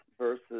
versus